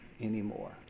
anymore